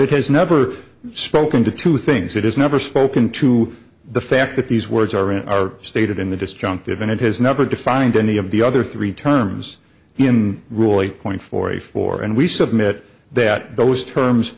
it has never spoken to two things it has never spoken to the fact that these words are in our stated in the disjunctive and it has never defined any of the other three terms in rule eight point four e four and we submit that those terms